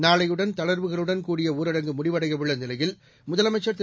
நாளையுடன் தளர்வுகளுடன் கூடிய ஊரடங்கு முடிவடையவுள்ள நிலையில் முதலமைச்சர் திரு